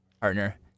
partner